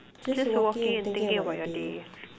just walking and thinking about your day